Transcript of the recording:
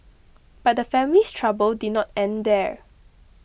but the family's trouble did not end there